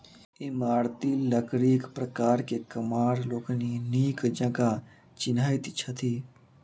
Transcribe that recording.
इमारती लकड़ीक प्रकार के कमार लोकनि नीक जकाँ चिन्हैत छथि